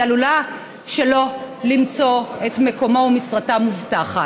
היא עלולה שלא למצוא את מקומה ומשרתה המובטחת.